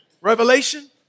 Revelation